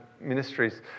ministries